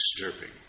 Disturbing